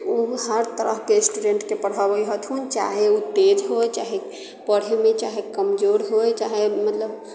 ओ हर तरहके स्टुडेन्टके पढ़बैत हथुन चाहे ओ तेज हो चाहे पढ़ैमे चाहे कमजोर होइ चाहे मतलब